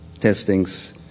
testings